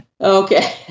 Okay